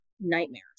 nightmares